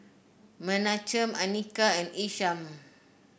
Menachem Anika and Isham